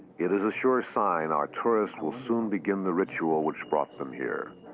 it is a sure sign our tourists will soon begin the ritual which brought them here.